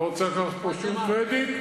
לא רוצה לקחת פה שום קרדיט.